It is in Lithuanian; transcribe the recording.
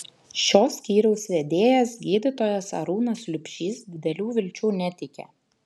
šio skyriaus vedėjas gydytojas arūnas liubšys didelių vilčių neteikė